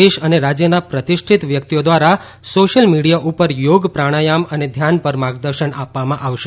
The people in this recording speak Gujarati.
દેશના અને રાજ્યના પ્રતિષ્ઠિત વ્યક્તિઓ દ્વારા સોશિયલ મિડિયા ઉપર યોગ પ્રાણાયામ અને ધ્યાન પર માર્ગદર્શન આપવામાં આવશે